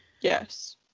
Yes